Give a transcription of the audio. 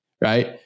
right